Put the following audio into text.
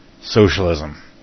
Socialism